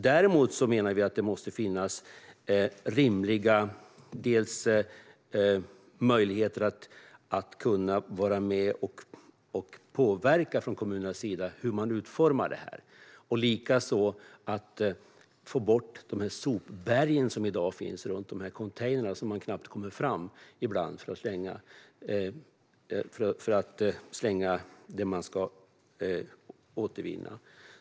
Däremot menar vi att det måste finnas rimliga möjligheter för kommunerna att vara med och påverka hur detta utformas och att få bort de sopberg som i dag finns runt dessa containrar så att man ibland knappt kommer fram för att slänga det som man ska återvinna.